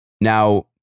Now